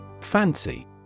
Fancy